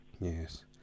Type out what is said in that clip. Yes